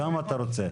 כמה אתה רוצה?